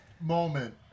moment